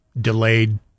delayed